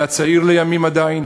היה צעיר לימים עדיין,